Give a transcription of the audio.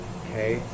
okay